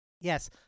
Yes